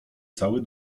cały